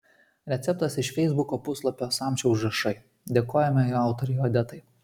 receptas iš feisbuko puslapio samčio užrašai dėkojame jo autorei odetai